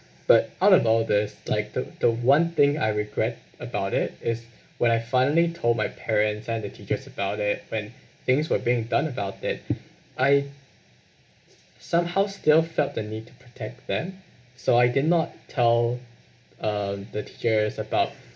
but out on all this like the the one thing I regret about it is when I finally told my parents and the teachers about it when things were being done about it I somehow still felt the need to protect them so I did not tell um the teachers about